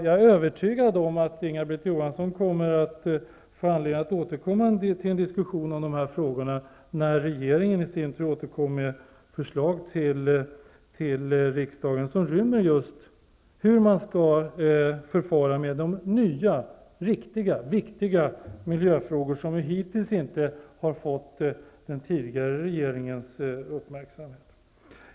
Jag är övertygad om att Inga-Britt Johansson kommer att få anledning att återkomma till en diskussion om de här frågorna när regeringen i sin tur återkommer till riksdagen med förslag om just hur man skall förfara i de viktiga miljöfrågor som hittills inte har fått den tidigare regeringens uppmärksamhet.